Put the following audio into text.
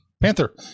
Panther